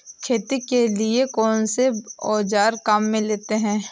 खेती के लिए कौनसे औज़ार काम में लेते हैं?